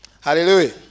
Hallelujah